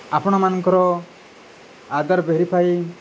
ଆପଣମାନଙ୍କର ଆଦାର ଭେରିଫାଇ